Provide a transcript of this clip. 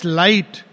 light